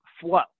flow